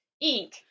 Ink